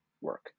work